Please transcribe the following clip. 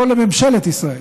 לא לממשלת ישראל.